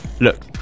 Look